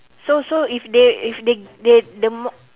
so so if they if they they the more